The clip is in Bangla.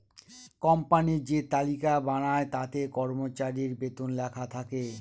কোম্পানি যে তালিকা বানায় তাতে কর্মচারীর বেতন লেখা থাকে